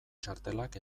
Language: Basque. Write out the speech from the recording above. txartelak